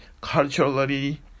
culturally